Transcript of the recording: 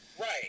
right